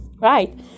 Right